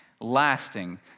lasting